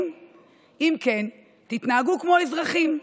אם כן, תתנהגו כמו אזרחים,